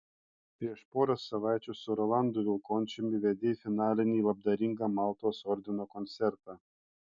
prieš porą savaičių su rolandu vilkončiumi vedei finalinį labdaringą maltos ordino koncertą